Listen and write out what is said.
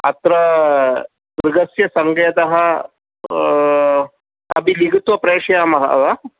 अत्र गृहस्य सङ्केतः अपि लिखित्वा प्रेषयामः वा